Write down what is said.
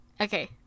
Okay